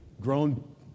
Grown